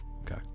Okay